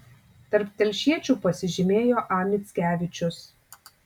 tarp telšiečių pasižymėjo a mickevičius